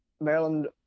Maryland